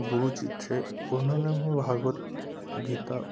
गुरु जी थे उन्होंने ही भगवद गीता